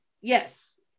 Yes